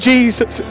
Jesus